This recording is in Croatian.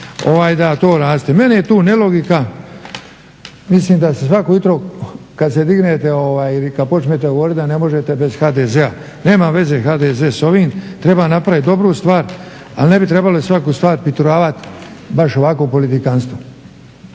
da to raste. Meni je tu nelogika, mislim da se svako jutro kad se dignete ili kad počnete govoriti da ne možete bez HDZ-a. Nema veze HDZ s ovim, treba napraviti dobru stvar, ali ne bi trebalo svaku stvar pituravat baš ovako politikantstvom.